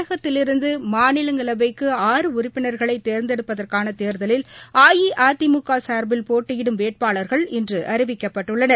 தமிழகத்திலிருந்துமாநிலங்களவைக்கு உறுப்பின்களைதேர்ந்தெடுப்பதற்கானதேர்தலில் அஇஅதிமுக சார்பில் போட்டியிடும் வேட்பாளர்கள் இன்றுஅறிவிக்கப்பட்டுள்ளனர்